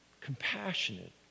compassionate